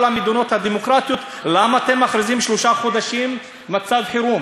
כל המדינות הדמוקרטיות אמרו: למה אתם מכריזים שלושה חודשים מצב חירום?